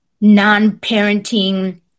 non-parenting